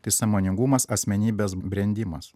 tai sąmoningumas asmenybės brendimas